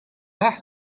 aze